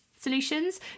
solutions